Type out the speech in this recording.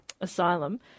Asylum